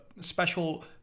special